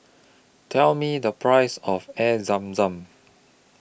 Tell Me The Price of Air Zam Zam